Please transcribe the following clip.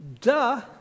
duh